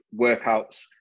workouts